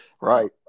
Right